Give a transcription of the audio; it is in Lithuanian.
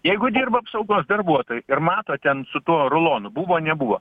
jeigu dirba apsaugos darbuotojai ir mato ten su tuo rulonu buvo nebuvo